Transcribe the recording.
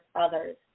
others